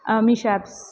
Meesho apps